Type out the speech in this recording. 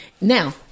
Now